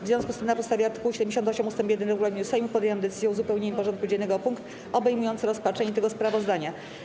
W związku z tym, na podstawie art. 78 ust. 1 regulaminu Sejmu, podjęłam decyzję o uzupełnieniu porządku dziennego o punkt obejmujący rozpatrzenie tego sprawozdania.